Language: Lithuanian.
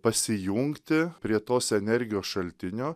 pasijungti prie tos energijos šaltinio